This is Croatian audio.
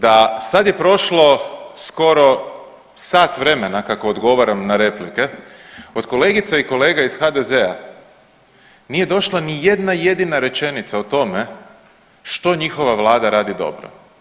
Da, sad je prošlo skoro sat vremena kako odgovaram na replike, od kolegica i kolega iz HDZ-a nije došla nijedna jedina rečenica o tome što njihova Vlada radi dobro.